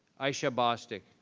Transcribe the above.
ishia bostic,